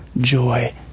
joy